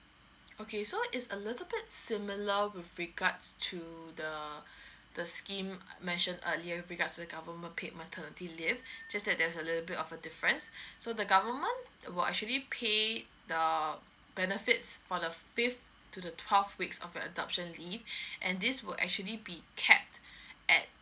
okay so it's a little bit similar with regards to the the scheme mentioned earlier with regards to the government paid maternity leave just that there's a little bit of a difference so the government will actually pay the benefits for the fifth to the twelve weeks of your adoption leave and this would actually be capped at